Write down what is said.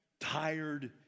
tired